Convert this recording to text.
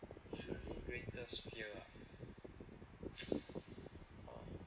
greatest fear ah uh